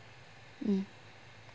mm